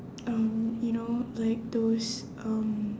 um you know like those um